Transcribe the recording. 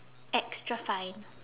extra fine